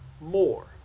more